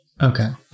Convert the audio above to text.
okay